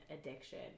addiction